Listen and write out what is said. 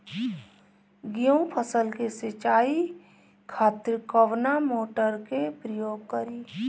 गेहूं फसल के सिंचाई खातिर कवना मोटर के प्रयोग करी?